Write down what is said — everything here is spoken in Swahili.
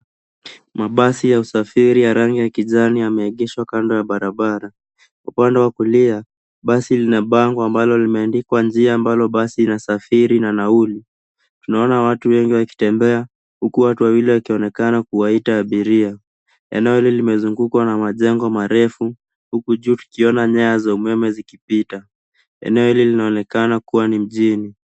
Mabasi ya usafiri ya rangi ya kijani ameegeshwa kando ya barabara. Upande wakulia basi linapango ambalo limeandikwa njia ambalo basi inasafiri na nauli. Tunaona watu wengi wakitembea huku watu wawili wakionekana kuwaita abiria. Eneo hili limezungukwa na majengo marefu. Huku juu tukiona nyayo za umeme zikipita. Eneo hili linaonekana kuwa ni mjini.